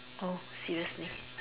oh seriously